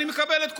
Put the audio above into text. אני מקבל את כולם.